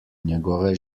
njegove